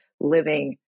living